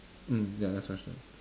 mm ya next question